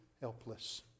helpless